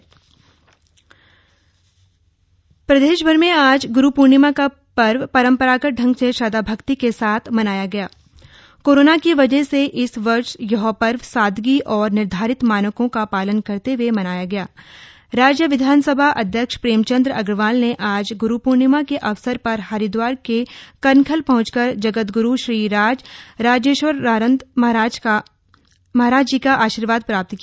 गुरू पूर्णिमा प्रदेशभर में आज ग्रु पूर्णिमा का पर्व परंपरागत ढंग से श्रद्वा भक्ति के साथ मनाया गया कोरोना की वजह से इस वर्ष यह पर्व सादगी और निर्धारित मानकों का पालन करते हए मनाया गया राज्य विधानसभा अध्यक्ष प्रेमचंद्र अग्रवाल ने आज गुरु पूर्णिमा के अवसर पर हरिद्वार के कनखल पहुंचकर जगतग्रु श्री राज राजेश्वरानंद महाराज जी का आशीर्वाद प्राप्त किया